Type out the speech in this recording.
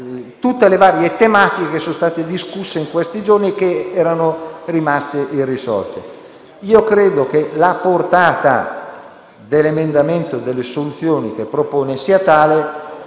tutte le varie tematiche che sono state discusse in questi giorni e che erano rimaste irrisolte. Credo che la sua portata e le soluzioni che propone sia tale